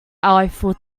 eiffel